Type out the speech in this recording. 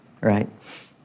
right